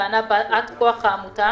טענה באת כוח העמותה